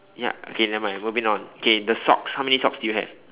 ya okay nevermind moving on okay the socks how many socks do you have